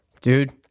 Dude